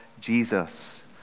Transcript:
Jesus